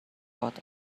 what